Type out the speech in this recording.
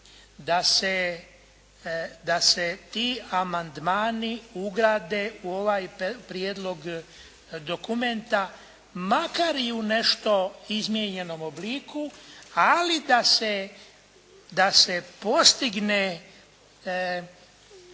da se ti amandmani ugrade u ovaj prijedlog dokumenta, makar i u nešto izmijenjenom obliku, ali da se postigne